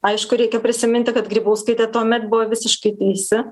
aišku reikia prisiminti kad grybauskaitė tuomet buvo visiškai teisi